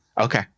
Okay